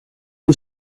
who